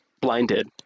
Blinded